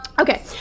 Okay